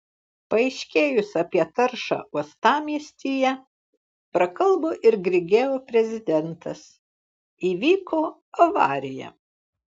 paaiškėjus apie taršą uostamiestyje prakalbo ir grigeo prezidentas įvyko avarija